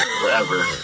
Forever